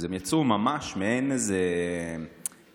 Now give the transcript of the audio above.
אז הם יצרו ממש מעין, לגמרי.